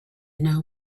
know